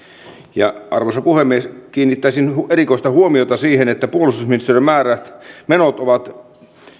arvoisa puhemies kiinnittäisin erikoista huomiota siihen että puolustusministeriön menot ovat maassamme